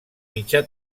mitjà